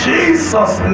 Jesus